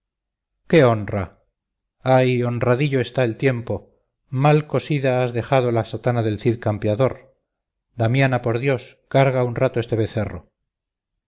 qué honra ay honradillo está el tiempo mal cosida has dejado la sotana del cid campeador damiana por dios carga un rato este becerro